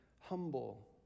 humble